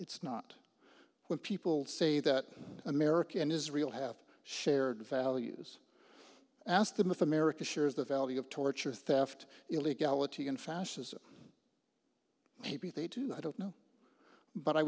it's not when people say that america and israel have shared values ask them if america shares the value of torture theft illegality and fascism maybe they do i don't know but i